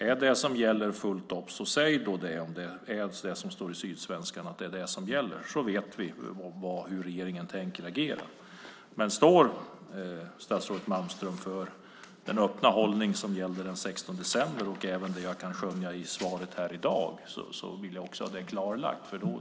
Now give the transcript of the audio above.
Är det vad som står i Sydsvenskan som gäller fullt ut så säg då det så vet vi hur regeringen tänker agera. Men står statsrådet Malmström för den öppna hållning som gällde den 16 december och som jag även kan skönja i svaret i dag vill jag ha också det klarlagt.